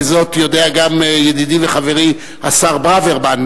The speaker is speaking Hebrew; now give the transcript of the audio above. וזאת יודע גם ידידי וחברי השר ברוורמן,